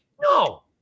No